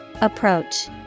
Approach